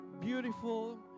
beautiful